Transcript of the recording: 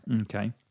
Okay